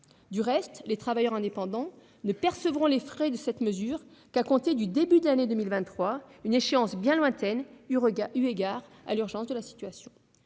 Du reste, les travailleurs indépendants ne percevront les frais d'une telle mesure qu'à compter du début de l'année 2023. Cette échéance est bien lointaine au regard de l'urgence de la situation.